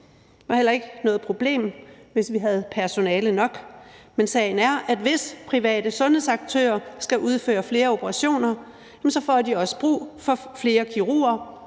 Det ville heller ikke være noget problem, hvis vi havde personale nok. Men sagen er, at hvis private sundhedsaktører skal udføre flere operationer, får de også brug for flere kirurger